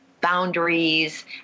boundaries